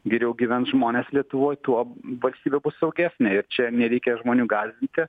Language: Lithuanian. geriau gyvens žmonės lietuvoj tuo valstybė bus saugesnė ir čia nereikia žmonių gąsdinti